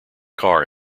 car